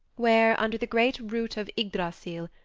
where, under the great root of ygdrassil,